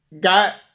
got